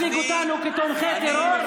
עכשיו אתם רוצים להציג אותנו כתומכי טרור?